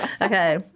Okay